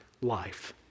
life